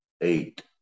eight